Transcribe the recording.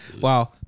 Wow